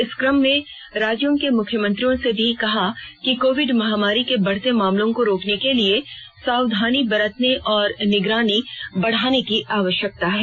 इस कम में राज्यों के मुख्यमंत्रियों ने भी कहा कि कोविड महामारी के बढ़ते मामलों को रोकने के लिए सावधानी बरतने और निगरानी बढ़ाने की आवश्यकता है